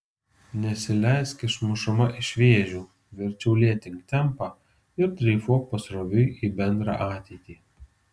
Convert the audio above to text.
nesileisk išmušama iš vėžių verčiau lėtink tempą ir dreifuok pasroviui į bendrą ateitį